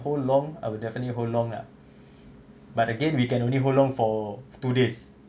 hold long I will definitely hold long lah but again we can only hold long for two days